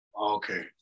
Okay